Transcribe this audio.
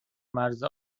مرز